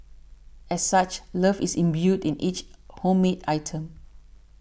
as such love is imbued in each homemade item